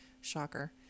shocker